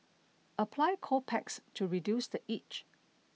apply cold packs to reduce the itch